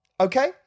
Okay